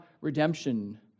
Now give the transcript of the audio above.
redemption